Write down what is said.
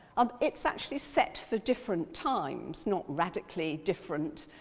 um it's actually set for different times, not radically different,